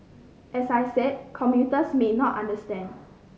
as I said commuters may not understand